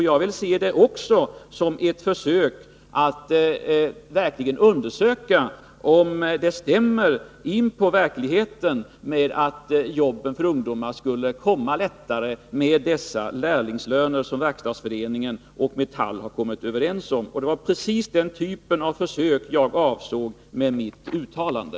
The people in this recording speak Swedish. Jag vill även undersöka om detta försök stämmer in på verkligheten — att jobben för ungdomar skulle komma till stånd lättare med dessa lärlingslöner som Verkstadsföreningen och Metall har kommit överens om. Det var precis den typen av försök jag avsåg med mitt uttalande.